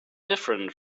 different